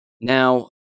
Now